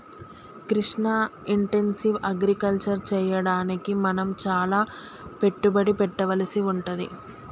Krishna intensive agriculture చెయ్యడానికి మనం చాల పెట్టుబడి పెట్టవలసి వుంటది